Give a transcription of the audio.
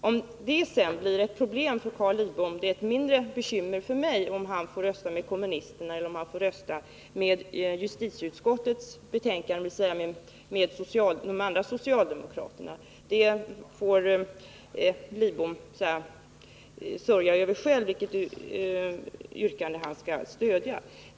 Det är ett mindre bekymmer för mig om det sedan blir ett problem för Carl Lidbom, huruvida han skall rösta med kommunisterna eller med justitieutskottet, dvs. med de andra socialdemokraterna. Carl Lidbom får själv sörja över vilket yrkande han skall stödja.